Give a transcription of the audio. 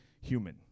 human